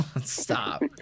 Stop